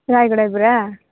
ରାୟଗଡ଼ା ପରା